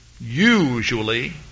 usually